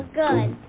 good